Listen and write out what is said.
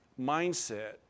mindset